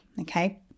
Okay